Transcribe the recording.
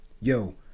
yo